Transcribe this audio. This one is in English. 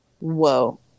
Whoa